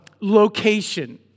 Location